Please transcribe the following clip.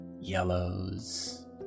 yellows